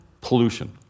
pollution